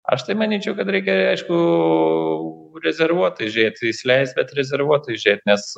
aš tai manyčiau kad reikia aišku rezervuotai žiūrėt įsileisti bet rezervuotai žiūrėti nes